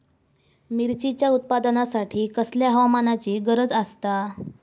मिरचीच्या उत्पादनासाठी कसल्या हवामानाची गरज आसता?